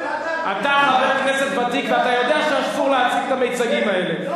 אתה חבר כנסת ותיק ואתה יודע שאסור להציג את המיצגים האלה.